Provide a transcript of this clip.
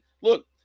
look